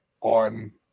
on